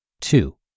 two